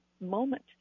moment